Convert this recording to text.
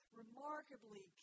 remarkably